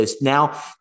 now